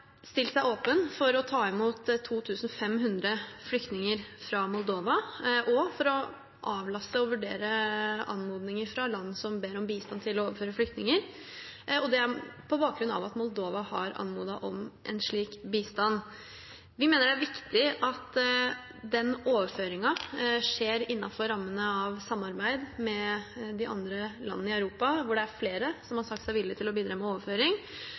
stilt seg åpen for å ta imot 2 500 flyktninger fra Moldova og for å avlaste og vurdere anmodninger fra land som ber om bistand til å overføre flyktninger. Det er på bakgrunn av at Moldova har anmodet om slik bistand. Vi mener det er viktig at den overføringen skjer innenfor rammene av samarbeid med de andre landene i Europa, hvor det er flere som har sagt seg villig til å bidra med overføring.